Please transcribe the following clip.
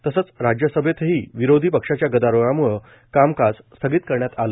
तसंच राज्यसभेत ही विरोधी पक्षाच्या गदारोळाम्ळ कामकाज स्थगित करण्यात आलं